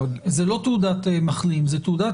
זה לא תעודת מחלים, זה תעודת